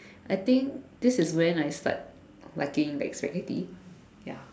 I think this is when I start liking like Spaghetti ya